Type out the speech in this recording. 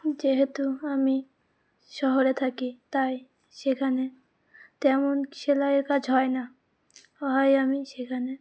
যেহেতু আমি শহরে থাকি তাই সেখানে তেমন সেলাইয়ের কাজ হয় না হয় আমি সেখানে